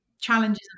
Challenges